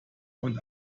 und